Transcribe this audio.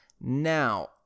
Now